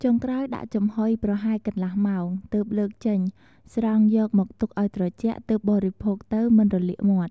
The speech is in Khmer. ចុងក្រោយដាក់ចំហុយ ប្រហែលកន្លះម៉ោង ទើបលើកចេញ ស្រង់យកមកទុកឱ្យត្រជាក់ ទើបបរិភោគទៅមិនរលាកមាត់។